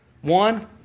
One